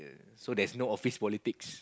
so there's no office politics